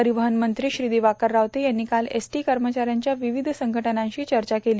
परिवहन मंत्री श्री दिवाकर रावते यांनी काल एसटी कर्मचाऱ्यांच्या विविध संघटनांशी चर्चा केली